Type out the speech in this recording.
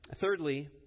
Thirdly